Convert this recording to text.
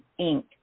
Inc